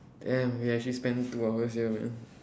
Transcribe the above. damn we actually spent two hours here man